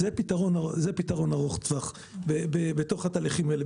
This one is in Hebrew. זה פתרון ארוך טווח בתוך התהליך הזה.